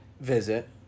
visit